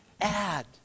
add